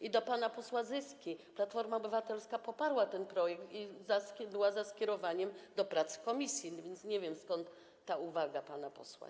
I do pana posła Zyski: Platforma Obywatelska poparła ten projekt i była za skierowaniem go do prac w komisji, więc nie wiem, skąd ta uwaga pana posła.